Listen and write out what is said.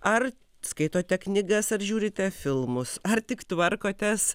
ar skaitote knygas ar žiūrite filmus ar tik tvarkotės